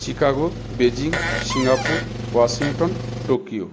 Chicago Beijing Singapore Washington Tokyo